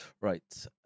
right